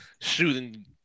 shooting